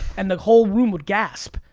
and the whole room would gasp.